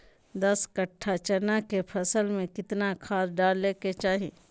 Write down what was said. दस कट्ठा चना के फसल में कितना खाद डालें के चाहि?